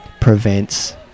prevents